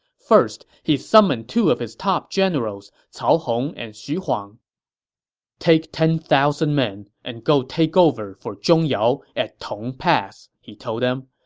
first, he summoned two of his top generals, cao hong and xu huang take ten thousand men and go take over for zhong yao at tong pass, he told them.